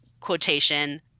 quotation